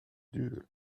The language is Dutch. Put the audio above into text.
duur